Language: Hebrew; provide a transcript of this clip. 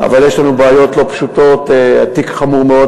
אבל יש לנו בעיות לא פשוטות: תיק חמור מאוד,